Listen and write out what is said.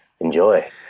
Enjoy